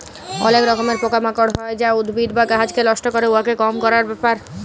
অলেক রকমের পকা মাকড় হ্যয় যা উদ্ভিদ বা গাহাচকে লষ্ট ক্যরে, উয়াকে কম ক্যরার ব্যাপার